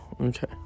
okay